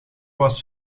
was